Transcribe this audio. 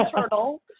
turtle